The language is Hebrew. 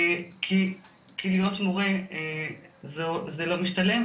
כי להיות מורה זה לא משתלם.